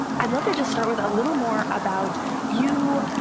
i'd love to just start with a little more about you,